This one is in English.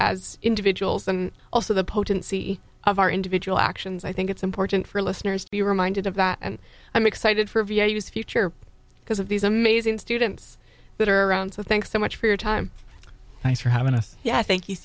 as individuals and also the potency of our individual actions i think it's important for listeners to be reminded of that and i'm excited for viewers future because of these amazing students that are around so thanks so much for your time thanks for having us yeah thank you